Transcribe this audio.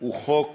הוא חוק